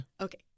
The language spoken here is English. Okay